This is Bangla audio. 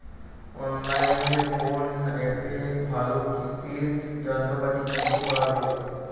অনলাইনের কোন অ্যাপে ভালো কৃষির যন্ত্রপাতি কিনতে পারবো?